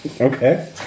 Okay